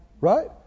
Right